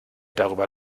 darüber